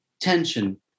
tension